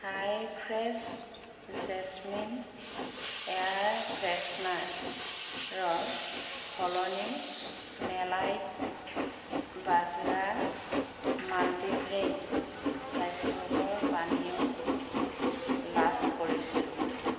হাই fresh jasmine air freshener ৰৰ সলনি মেলাইট বাজৰা মাল্টিগ্ৰেইন স্বাস্থ্যকৰ পানীয় লাভ কৰিছিলোঁ